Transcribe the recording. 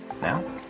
Now